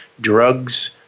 drugs